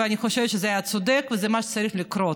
ואני חושבת שזה היה צודק וזה מה שצריך לקרות.